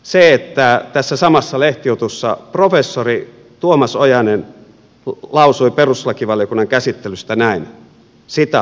se että tässä samassa lehtijutussa professori tuomas ojanen lausui perustuslakivaliokunnan käsittelystä näin